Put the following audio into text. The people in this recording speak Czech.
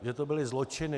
Že to byly zločiny.